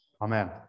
Amen